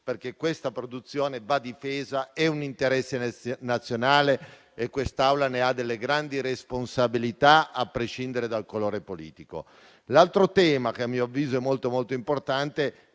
perché questa produzione va difesa. È un interesse nazionale e questa Assemblea ha delle grandi responsabilità su questo, a prescindere dal colore politico. Un altro tema che, a mio avviso, è molto importante